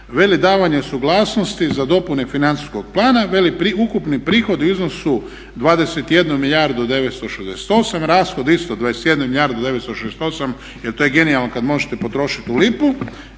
Veli davanje suglasnosti za dopune financijskog plana. Veli ukupni prihodi u iznosu 21 milijardu 968, rashodi isto 21 milijardu 968 jer to je genijalno kad možete potrošiti u lipu